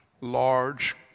large